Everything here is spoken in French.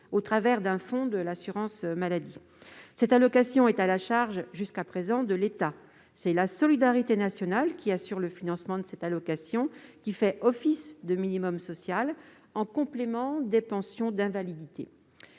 au travers d'un fonds de l'assurance maladie. Cette allocation est à la charge, jusqu'à présent, de l'État. C'est la solidarité nationale qui assure le financement de cette allocation, qui fait office de minimum social, en complément des pensions d'invalidité.